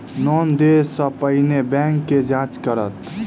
Loan देय सा पहिने बैंक की जाँच करत?